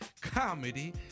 Comedy